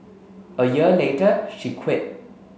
a year later she quit